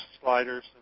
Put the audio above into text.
sliders